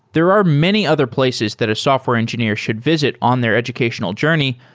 there are many other places that a software engineer should visit on their educational journey,